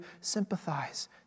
sympathize